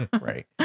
Right